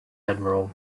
admiral